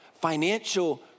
Financial